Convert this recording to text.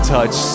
Touch